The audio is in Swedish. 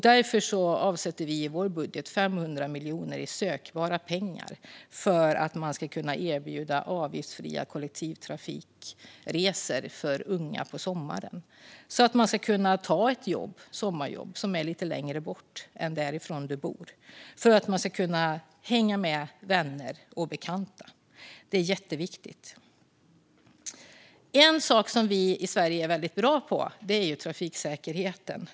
Därför avsätter vi i vår budget 500 miljoner i sökbara pengar för att man ska kunna erbjuda avgiftsfria kollektivtrafikresor för unga på sommaren. Att de ska kunna ta sommarjobb en bit bort från hemmet och kunna hänga med vänner och bekanta är jätteviktigt. En sak som vi i Sverige är väldigt bra på är trafiksäkerheten.